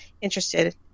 interested